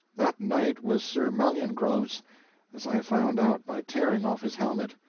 that knight was sir meliagraunce, as i found out by tearing off his helmet.